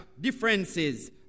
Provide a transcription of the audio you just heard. differences